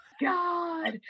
God